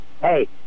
hey